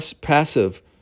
passive